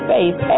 Faith